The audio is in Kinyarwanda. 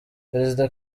perezida